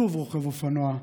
שוב רוכב אופנוע,